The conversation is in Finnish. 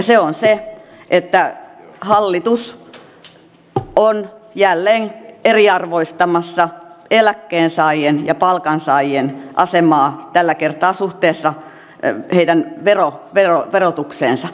se on se että hallitus on jälleen eriarvoistamassa eläkkeensaajien ja palkansaajien asemaa tällä kertaa suhteessa heidän verotukseensa